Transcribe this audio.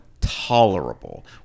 tolerable